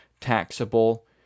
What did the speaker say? taxable